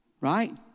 Right